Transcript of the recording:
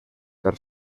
per